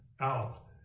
out